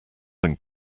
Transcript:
than